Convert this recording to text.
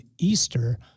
Easter